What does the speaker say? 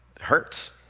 hurts